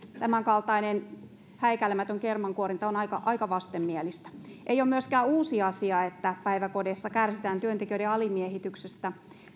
tämänkaltainen häikäilemätön kermankuorinta on aika aika vastenmielistä ei ole myöskään uusi asia että päiväkodeissa kärsitään työntekijöiden alimiehityksestä